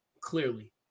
clearly